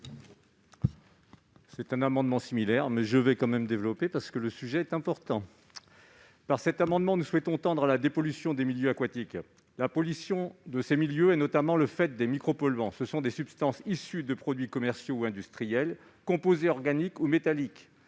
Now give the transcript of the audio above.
est identique aux précédents, je vais tout de même développer un argumentaire, car le sujet est important. Par cet amendement, nous souhaitons tendre à la dépollution des milieux aquatiques. La pollution de ces milieux est notamment le fait des micropolluants, des substances issues de produits commerciaux ou industriels, composés organiques ou métalliques.